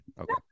Okay